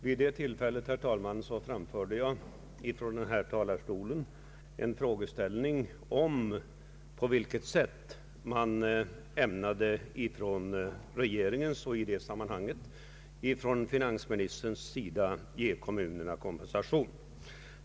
Vid det tillfället ställde jag, herr talman, från denna talarstol en fråga om på vilket sätt regeringen och närmast finansministern ämnade ge kommunerna kompensation.